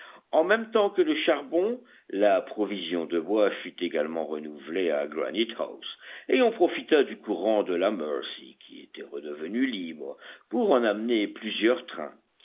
en même temps que le charbon la provision de bois fut également renouvelée à granite house et on profita du courant de la mercy qui était redevenu libre pour en amener plusieurs trains